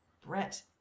Brett